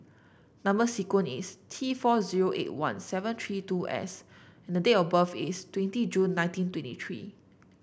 number sequence is T four zero eight one seven three two S and date of birth is twenty June nineteen twenty three